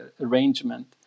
arrangement